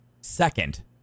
second